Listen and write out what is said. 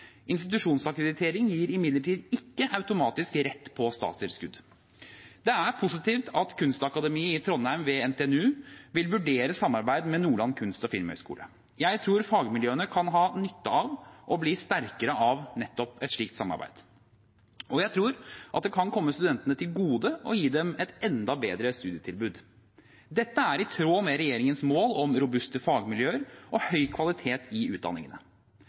gir imidlertid ikke automatisk rett på statstilskudd. Det er positivt at Kunstakademiet i Trondheim ved NTNU vil vurdere samarbeid med Nordland kunst- og filmhøgskole. Jeg tror fagmiljøene kan ha nytte av, og bli sterkere av, nettopp et slikt samarbeid. Og jeg tror at det kan komme studentene til gode og gi dem et enda bedre studietilbud. Dette er i tråd med regjeringens mål om robuste fagmiljøer og høy kvalitet i utdanningene.